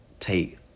take